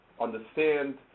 understand